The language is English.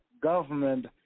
government